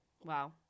Wow